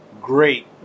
Great